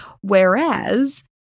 Whereas